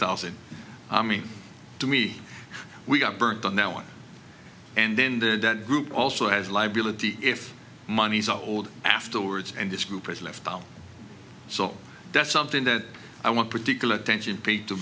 thousand to me we got burned on that one and then the group also has liability if monies old afterwards and this group is left out so that's something that i want particular attention paid to